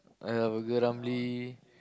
I have burger Ramly